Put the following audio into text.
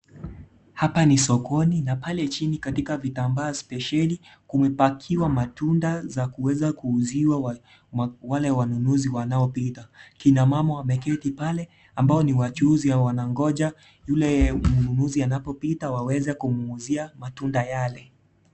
Hapa ni sokoni na pale chini katika vitambaa spesheli kumepakiwa matunda za kuweza kuuziwa wale wanunuzi wanaopita, kina mama wameketi pale ambao ni wachuuzi na wanangoja yule mnunuzi anapopita waweze kumuuzia matunda yale.